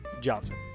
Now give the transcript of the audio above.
Johnson